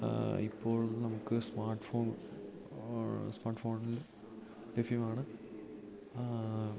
ഇപ്പോൾ നമുക്ക് smart phone smart ഫോണിൽ ലഭ്യമാണ്